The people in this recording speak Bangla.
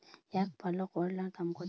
একপাল্লা করলার দাম কত?